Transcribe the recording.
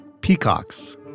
peacocks